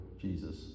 Jesus